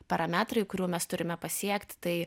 parametrai kurių mes turime pasiekt tai